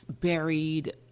buried